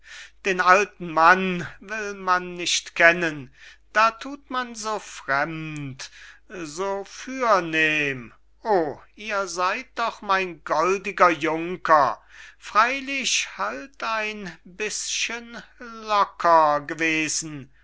den alten mann will man nicht kennen da thut man so fremd so fürnehm o ihr seyd doch mein goldiger junker freylich halt ein bisgen lucker gewesen